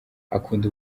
akunda